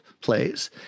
plays